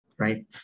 right